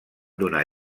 donar